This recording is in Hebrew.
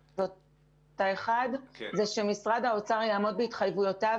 האחד זה שמשרד האוצר יעמוד בהתחייבויותיו